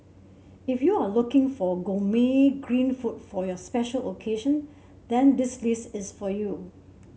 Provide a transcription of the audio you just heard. if you are looking for gourmet green food for your special occasion then this list is for you